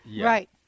Right